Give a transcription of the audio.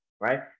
right